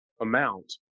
amount